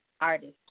artist